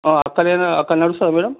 అక్కడేన అక్కడ నడుస్తుందా మేడం